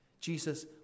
Jesus